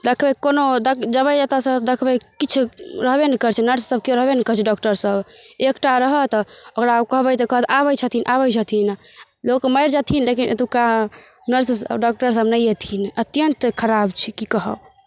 देखबै कोनो जएबै एतऽसँ देखबै किछु रहबे नहि करै छै नर्ससभ केओ रहबे नहि करै छै डॉक्टरसभ एकटा रहत ओकरा कहबै तऽ कहत आबै छथिन आबै छथिन लोक मरि जेथिन लेकिन एतुका नर्ससभ डॉक्टरसभ नहि अएथिन अत्यन्त खराब छै कि कहब